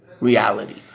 reality